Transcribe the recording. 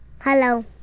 Hello